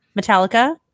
Metallica